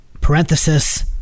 parenthesis